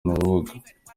rubuga